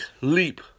leap